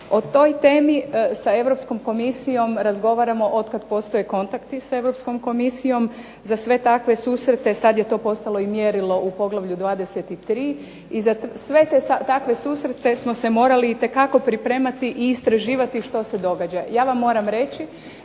O toj temi sa Europskom Komisijom razgovaramo otkad postoje kontakti sa Europskom Komisijom, za sve takve susrete sad je to postalo i mjerilo u poglavlju 23., i za sve takve susrete smo se morali itekako pripremati i istraživati što se događa. Ja vam moram reći